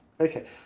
Okay